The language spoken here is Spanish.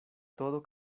todo